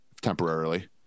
temporarily